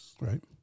Right